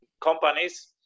companies